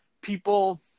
people